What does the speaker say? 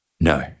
no